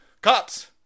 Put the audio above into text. Cops